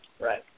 Right